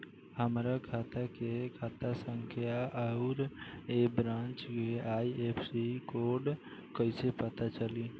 हमार खाता के खाता संख्या आउर ए ब्रांच के आई.एफ.एस.सी कोड कैसे पता चली?